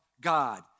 God